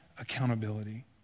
accountability